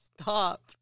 Stop